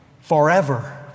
forever